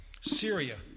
Syria